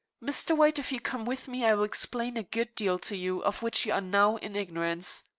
mr. white, if you come with me i will explain a good deal to you of which you are now in ignorance.